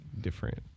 different